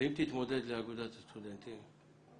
באמת מעניין אותי לדעת אם יש אפשרות לשיתוף פעולה במסגרת החוק כמובן.